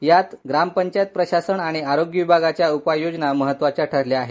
यात ग्राम पंचायत प्रशासन आणि आरोग्य विभागाच्या उपाययोजना महत्वाच्या ठरल्या आहेत